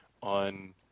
on